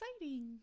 exciting